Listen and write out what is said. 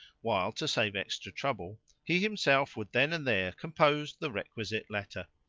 while, to save extra trouble, he himself would then and there compose the requisite letter.